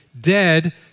dead